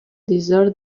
desert